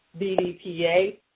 BDPA